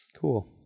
Cool